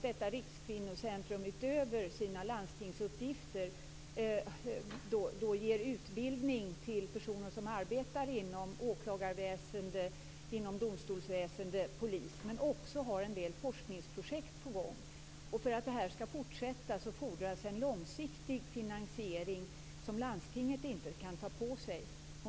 Detta rikskvinnocentrum ger ju, utöver sina landstingsuppgifter, utbildning till personer som arbetar inom åklagarväsende, domstolsväsende och polis. Det har också en del forskningsprojekt på gång. För att det här skall fortsätta fordras en långsiktig finansiering som landstinget inte kan ta på sig.